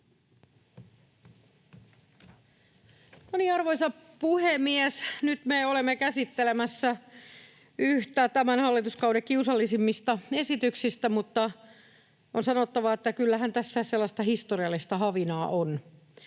Arvoisa puhemies! Nyt me olemme käsittelemässä yhtä tämän hallituskauden kiusallisimmista esityksistä, mutta on sanottava, että kyllähän tässä sellaista historiallista havinaa on.